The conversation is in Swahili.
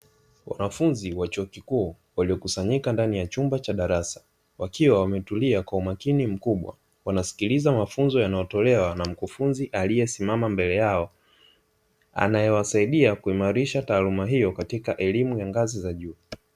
Wanafunzi wa chuo kikuu waliokusanyika ndani ya chumba cha darasa wakiwa wametulia kwa umakini mkubwa, wanasikiliza mafunzo yanayotolewa na mkufunzi anayewasaidia kuimarisha taaluma hiyo katika elimu ya ngazi za juu.